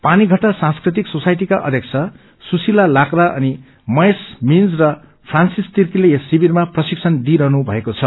पानीघट्टा सांस्कृतिक सोसाईटीा का अध्यक्ष सुशीला लाकरा अनि महेश मिंज र फ्रन्सिस तिर्कीले यस शिविरमा प्रशिक्षण दिइरहने भएको छ